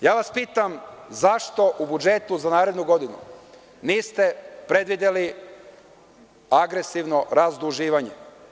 Pitam vas zašto u budžetu za narednu godinu niste predvideli agresivno razduživanje?